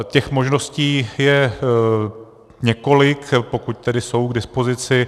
Těch možností je několik, pokud tedy jsou k dispozici.